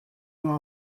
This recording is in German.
nur